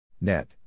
Net